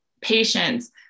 patience